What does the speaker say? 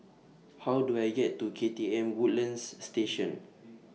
How Do I get to K T M Woodlands Station